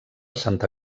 santa